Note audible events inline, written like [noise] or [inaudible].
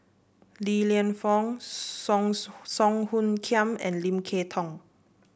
Li Lienfung Song [unintelligible] Song Hoot Kiam and Lim Kay Tong